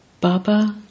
Baba